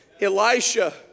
Elisha